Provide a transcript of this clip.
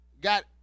got